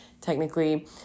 technically